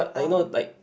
I'll